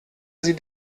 sie